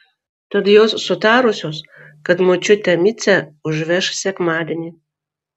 tad jos sutarusios kad močiutė micę užveš sekmadienį